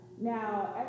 Now